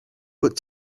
but